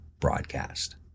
broadcast